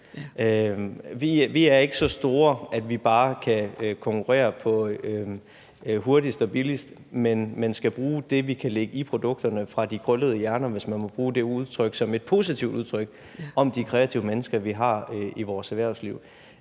Vi er ikke så store, at vi bare kan konkurrere på hurtigst og billigst, men skal bruge det, vi kan lægge i produkterne, fra de krøllede hjerner, hvis man må bruge det udtryk som et positivt udtryk om de kreative mennesker, vi har, i vores erhvervsliv.